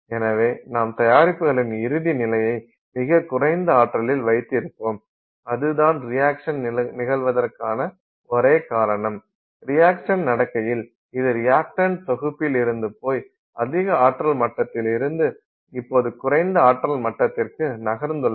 எனவே நாம் தயாரிப்புகளின் இறுதி நிலையை மிகக் குறைந்த ஆற்றலில் வைத்திருப்போம் அதுதான் ரியாக்சன் நிகழ்வதற்கான ஒரே காரணம் ரியாக்சன் நடக்கையில் இது ரியக்டண்ட் தொகுப்பிலிருந்து போய் அதிக ஆற்றல் மட்டத்தில் இருந்து இப்போது குறைந்த ஆற்றல் மட்டத்திற்கு நகர்ந்துள்ளன